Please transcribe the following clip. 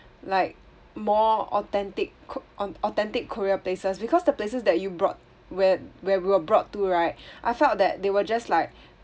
like more authentic ko~ au~ authentic korea places because the places that you brought where where we were brought to right I felt that they were just like